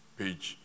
page